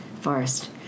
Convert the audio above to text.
forest